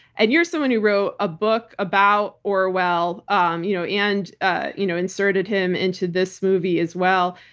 and you're someone who wrote a book about orwell um you know and ah you know inserted him into this movie as well.